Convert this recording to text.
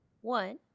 One